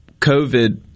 COVID